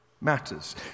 matters